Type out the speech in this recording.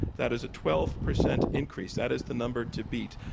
that is a twelve percent increase that is the number to beat.